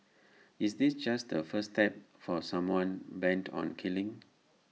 is this just the first step for someone bent on killing